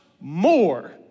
more